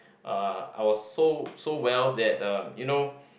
uh I was so so well that uh you know